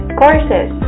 courses